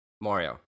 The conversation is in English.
Mario